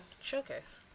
showcase